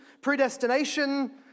predestination